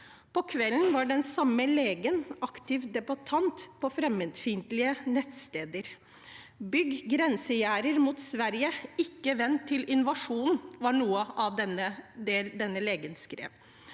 På kvelden var den samme legen aktiv debattant på fremmedfiendtlige nettsteder. Bygg grensegjerde mot Sverige – ikke vent til invasjonen, var noe av det denne legen skrev.